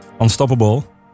unstoppable